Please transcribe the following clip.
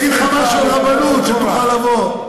אני אגיד לך משהו על רבנות שתוכל לבוא,